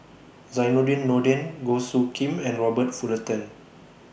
Zainudin Nordin Goh Soo Khim and Robert Fullerton